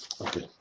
Okay